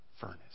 furnace